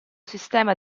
sistema